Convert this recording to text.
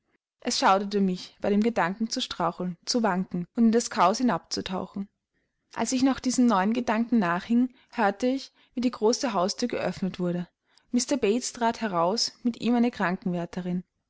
es schauderte mich bei dem gedanken zu straucheln zu wanken und in das chaos hinabzutauchen als ich noch diesen neuen gedanken nachhing hörte ich wie die große hausthür geöffnet wurde mr bates trat heraus mit ihm eine